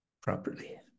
properly